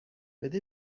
بده